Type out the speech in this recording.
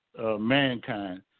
mankind